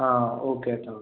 ആ ഓക്കെ കെട്ടോ